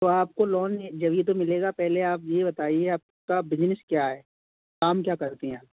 तो आपको लोन ये जब ये तो मिलेगा पहले आप ये बताइए आपका बीजिनिस क्या है काम क्या करती हैं आप